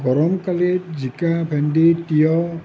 গৰম কালত জিকা ভেণ্ডি তিয়ঁহ